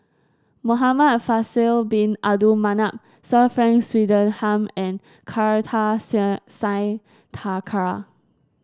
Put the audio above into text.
Muhamad Faisal Bin Abdul Manap Sir Frank Swettenham and Kartar Singh Thakral